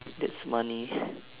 that's money